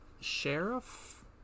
sheriff